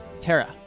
Terra